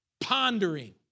Pondering